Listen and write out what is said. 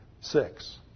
six